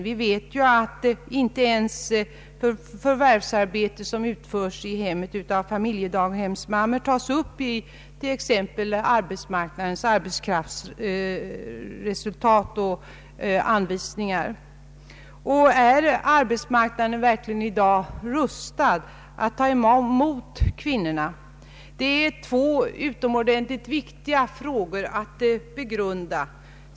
Vi vet ju att inte ens förvärvsarbete som utförs i hemmet av familjedaghemsmammor tas upp i t.ex. arbetsmarknadsverkets statistik. Är arbetsmarknaden verkligen i dag rustad att ta emot kvinnorna, finns det arbete att få? Detta är två utomordentligt viktiga frågor att begrunda.